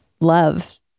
love